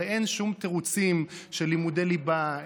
הרי אין שום תירוצים של לימודי ליבה,